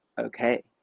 okay